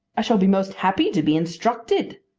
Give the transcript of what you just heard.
i shall be most happy to be instructed,